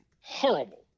horrible